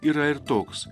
yra ir toks